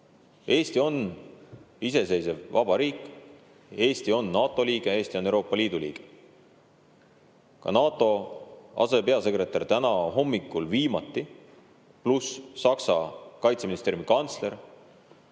Eesti on iseseisev vaba riik, Eesti on NATO liige, Eesti on Euroopa Liidu liige. Ka NATO asepeasekretär täna hommikul viimati – pluss Saksa kaitseministeeriumi kantsler